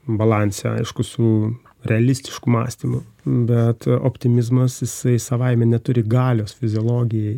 balanse aišku su realistišku mąstymu bet optimizmas jisai savaime neturi galios fiziologijai